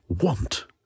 want